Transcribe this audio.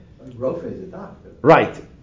Right